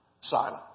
silent